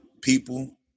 people